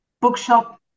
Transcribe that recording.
bookshop